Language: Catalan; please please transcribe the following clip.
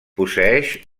posseeix